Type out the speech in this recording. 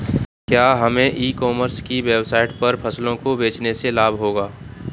क्या हमें e commerce की वेबसाइट पर फसलों को बेचने से लाभ होगा?